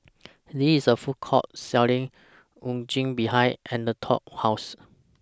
There IS A Food Court Selling Unagi behind Anatole's House